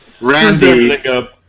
Randy